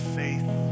faith